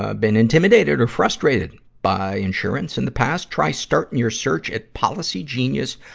ah been intimidated or frustrated by insurance in the past, try starting your search at policygenius.